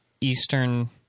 Eastern